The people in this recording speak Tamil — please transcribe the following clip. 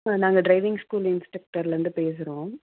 ஆ நாங்கள் ட்ரைவிங் ஸ்கூல் இன்ஸ்டக்டரில் இருந்து பேசுறோம்